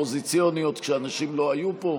אופוזיציוניות כשאנשים לא היו פה.